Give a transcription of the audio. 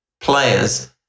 players